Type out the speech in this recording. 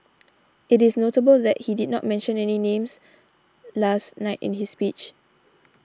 it is notable that he did not mention any names last night in his speech